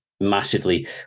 massively